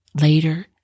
later